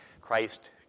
Christ